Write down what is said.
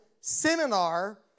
seminar